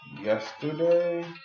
yesterday